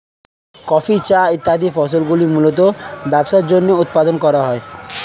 coffee, চা ইত্যাদি ফসলগুলি মূলতঃ ব্যবসার জন্য উৎপাদন করা হয়